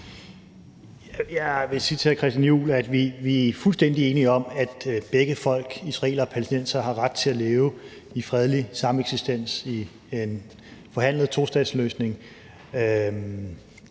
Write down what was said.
Jeg vil sige til hr. Christian Juhl, at vi er fuldstændig enige om, at begge folk, israelere og palæstinensere, har ret til at leve i fredelig sameksistens i en forhandlet tostatsløsning